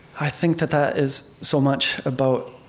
i think that that is so much about